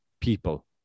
people